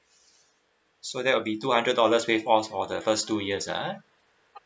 so there will be two hundred dollars waive off for the first two years ah